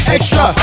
Extra